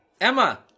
Emma